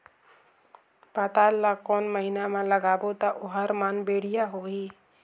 पातल ला कोन महीना मा लगाबो ता ओहार मान बेडिया होही?